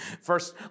First